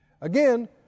Again